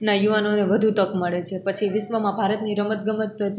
ના યુવાનોને વધુ તક મળે છે પછી વિશ્વમાં ભારતની રમતગમત